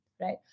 right